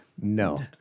No